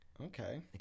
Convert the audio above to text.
Okay